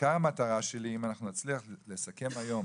עיקר המטרה שלי, אם אנחנו נצליח לסכם היום